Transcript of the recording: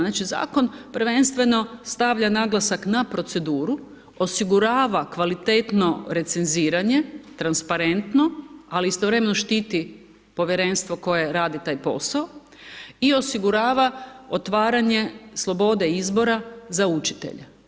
Znači zakon prvenstveno stavlja naglasak na proceduru, osigurava kvalitetno recenziranje, transparentno ali istovremeno štiti povjerenstvo koje radi taj posao i osigurava otvaranje slobode izbora za učitelje.